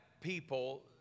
people